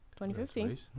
2015